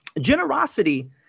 generosity